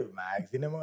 magazine